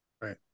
Right